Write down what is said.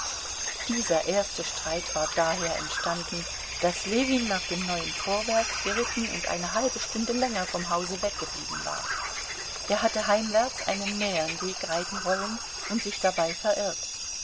dieser erste streit war daher entstanden daß ljewin nach dem neuen vorwerk geritten und eine halbe stunde länger vom hause weggeblieben war er hatte heimwärts einen näheren weg reiten wollen und sich dabei verirrt